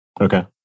Okay